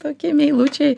tokie meilučiai